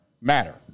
Matter